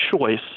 choice